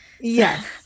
yes